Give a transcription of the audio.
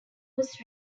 was